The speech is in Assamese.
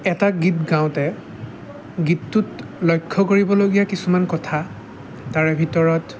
এটা গীত গাওঁতে গীতটোত লক্ষ্য কৰিবলগীয়া কিছুমান কথা তাৰে ভিতৰত